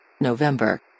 November